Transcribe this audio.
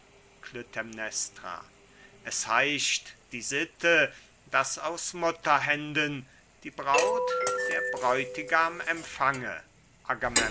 es heischt die sitte daß aus mutterhänden die braut der bräutigam empfange